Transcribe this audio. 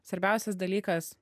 svarbiausias dalykas